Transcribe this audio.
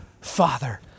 father